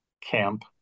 camp